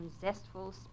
zestful